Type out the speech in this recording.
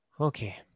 Okay